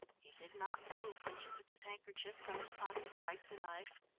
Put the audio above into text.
he did not move when she took his handkerchief from his pocket, wiped the knife,